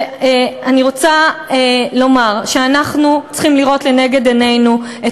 אני רוצה לומר שאנחנו צריכים לראות לנגד עינינו את